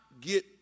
get